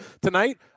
tonight